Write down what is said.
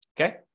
Okay